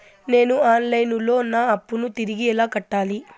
నేను online లో నా అప్పును తిరిగి ఎలా కట్టాలి?